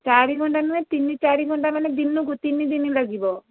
ଚାରି ଘଣ୍ଟା ନୁହେଁ ତିନି ଚାରି ଘଣ୍ଟା ମାନେ ଦିନକୁ ତିନି ଦିନ ଲାଗିବ